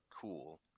cool